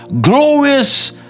glorious